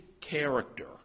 character